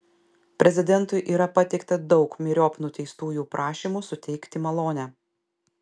prezidentui yra pateikta daug myriop nuteistųjų prašymų suteikti malonę